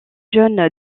jeune